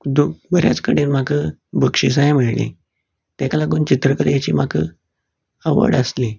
दू बऱ्याच कडेन म्हाका बक्षिसांय मेळ्ळीं तेका लागून चित्रकलेची म्हाका आवड आसली